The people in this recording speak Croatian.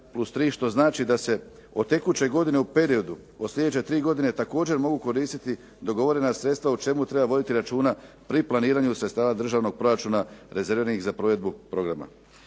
što znači da se od tekuće godine u periodu od sljedeće 3 godine također mogu koristiti dogovorena sredstva o čemu treba voditi računa pri planiranju sredstava državnog proračuna rezerviranih za provedbu programa.